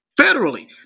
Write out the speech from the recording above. Federally